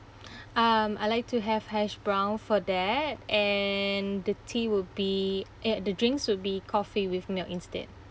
um I like to have hash brown for that and the tea will be eh the drinks will be coffee with milk instead